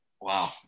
Wow